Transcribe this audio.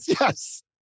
yes